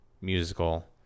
musical